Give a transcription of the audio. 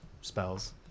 spells